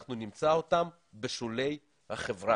אנחנו נמצא אותם בשולי החברה.